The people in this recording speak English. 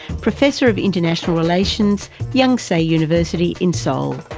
professor of international relations yonsei university in seoul.